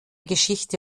geschichte